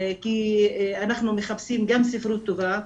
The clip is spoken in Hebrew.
כי אנחנו מחפשים גם ספרות טובה,